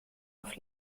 auf